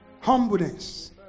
humbleness